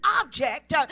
object